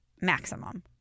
Maximum